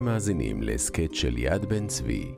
מאזינים להסכת של יד בן צבי.